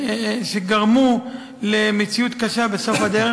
שגרמה למציאות קשה בסוף הדרך.